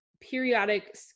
periodic